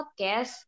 podcast